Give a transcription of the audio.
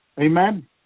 Amen